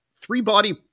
Three-body